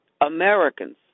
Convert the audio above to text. Americans